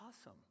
awesome